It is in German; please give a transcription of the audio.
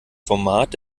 format